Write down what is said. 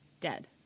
Dead